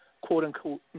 quote-unquote